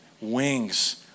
Wings